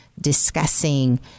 discussing